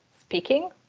speaking